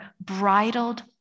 bridled